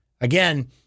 again